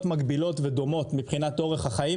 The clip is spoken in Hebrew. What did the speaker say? מקבילות ודומות מבחינת אורח החיים,